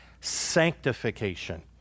Sanctification